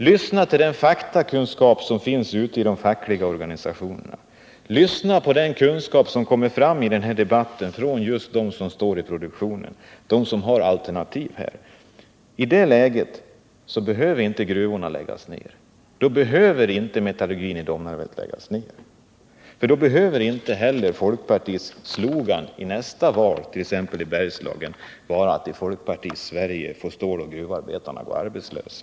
Lyssna till den fackkunskap som finns ute i de fackliga organisationerna, lyssna på den kunskap som i den här debatten kommer fram från just dem som står i produktionen, som har alternativ. I det läget behöver gruvorna inte läggas ned, då behöver inte metallurgin i Domnarvet läggas ned. Då beöver inte heller folkpartiets slogan i nästa val i t.ex. Bergslagen vara att i folkpartiets Sverige får ståloch gruvarbetarna gå arbetslösa.